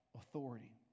authority